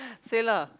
say lah